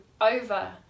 over